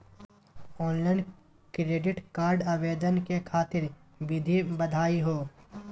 Online credit card आवेदन करे खातिर विधि बताही हो?